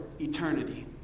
eternity